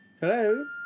hello